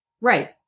Right